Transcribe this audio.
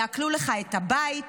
יעקלו לך את הבית,